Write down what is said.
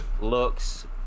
looks